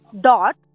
dot